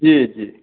जी जी